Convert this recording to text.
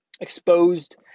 exposed